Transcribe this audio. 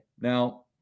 Now